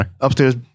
Upstairs